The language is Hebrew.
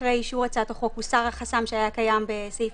אחרי אישור הצעת החוק הוסר החסם שהיה קיים בסעיף